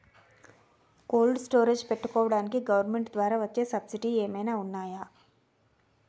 Cold storage పెట్టుకోడానికి government ద్వారా వచ్చే సబ్సిడీ ఏమైనా ఉన్నాయా?